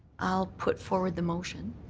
will put forward the motion